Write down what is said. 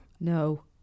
no